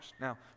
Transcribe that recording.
Now